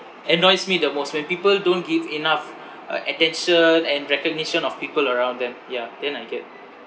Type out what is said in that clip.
annoys me the most when people don't give enough uh attention and recognition of people around them ya then I get